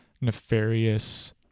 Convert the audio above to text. nefarious